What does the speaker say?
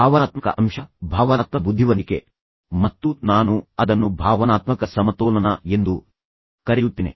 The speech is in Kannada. ಭಾವನಾತ್ಮಕ ಅಂಶ ಭಾವನಾತ್ಮಕ ಬುದ್ಧಿವಂತಿಕೆ ಮತ್ತು ನಾನು ಅದನ್ನು ಭಾವನಾತ್ಮಕ ಸಮತೋಲನ ಎಂದು ಕರೆಯುತ್ತೇನೆ